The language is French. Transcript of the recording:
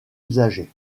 usagers